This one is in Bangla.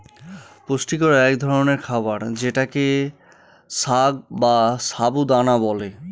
পুষ্টিকর এক ধরনের খাবার যেটাকে সাগ বা সাবু দানা বলে